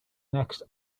next